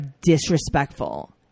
disrespectful